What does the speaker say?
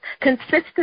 consistent